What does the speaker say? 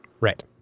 Right